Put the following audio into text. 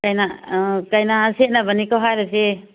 ꯀꯩꯅꯥ ꯀꯩꯅꯥ ꯁꯦꯠꯅꯕꯅꯤꯀꯣ ꯍꯥꯏꯔꯤꯁꯤ